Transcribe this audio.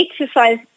exercise